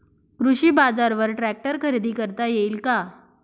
कृषी बाजारवर ट्रॅक्टर खरेदी करता येईल का?